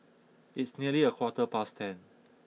its nearly a quarter past ten